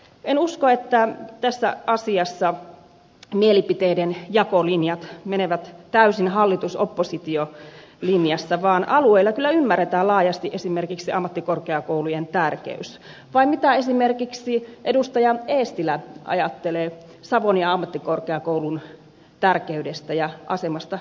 en usko että tässä asiassa mielipiteiden jakolinjat menevät täysin hallitusoppositio linjassa vaan alueilla kyllä ymmärretään laajasti esimerkiksi ammattikorkeakoulujen tärkeys vai mitä esimerkiksi edustaja eestilä ajattelee savonia ammattikorkeakoulun tärkeydestä ja asemasta pohjois savossa